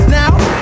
now